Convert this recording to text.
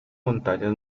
montañas